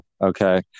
okay